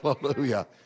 Hallelujah